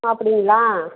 அப்படிங்களா